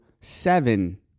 seven